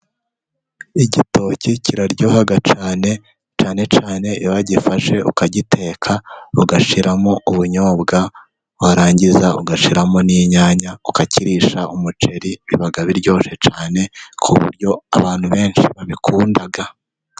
Igitoki kiraryoha cyane, cyane cyane iyo ugifashe ukagiteka, ugashyiramo ubunyobwa, warangiza ugashyiramo n'inyanya ukakirisha umuceri, biba biryoshye cyane ku buryo abantu benshi babikunda.